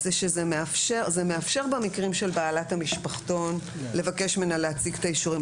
זה שזה מאפשר במקרים של בעלת המשפחתון לבקש ממנה להציג את האישורים,